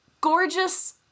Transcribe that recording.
gorgeous